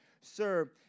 Sir